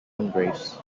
embrace